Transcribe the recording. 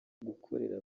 gukorera